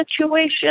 situation